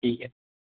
ठीक आहे